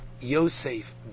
Yosef